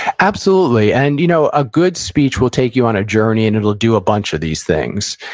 absolutely. and you know a good speech will take you on a journey, and it'll do a bunch of these things.